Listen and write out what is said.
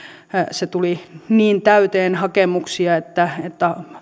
se tuli niin täyteen hakemuksia että